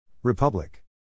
Republic